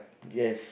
yes